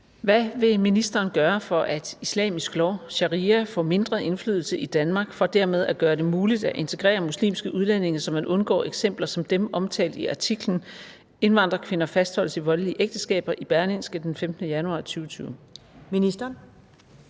Hvad vil ministeren gøre, for at islamisk lov, sharia, får mindre indflydelse i Danmark, for dermed at gøre det muligt at integrere muslimske udlændinge, så man undgår eksempler som dem omtalt i artiklen »Indvandrerkvinder fastholdes i voldelige ægteskaber« i Berlingske den 15. januar 2020? Kl.